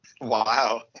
wow